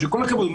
וכל הכבוד,